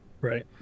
right